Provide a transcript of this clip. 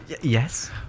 Yes